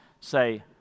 say